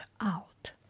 out